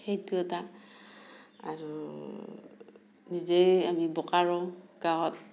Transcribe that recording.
সেইটো এটা আৰু নিজেই আমি বকাৰো গাঁৱত